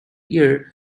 year